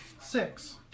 six